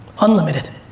Unlimited